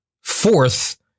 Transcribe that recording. fourth